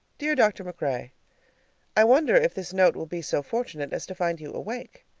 dear dr. macrae i wonder if this note will be so fortunate as to find you awake?